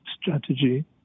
strategy